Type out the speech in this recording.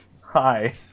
Hi